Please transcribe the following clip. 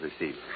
received